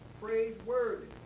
praiseworthy